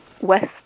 west